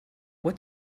what